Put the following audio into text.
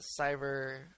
cyber